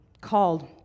called